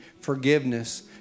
forgiveness